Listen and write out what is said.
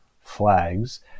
flags